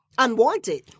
Unwanted